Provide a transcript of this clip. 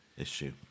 issue